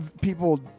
People